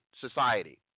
society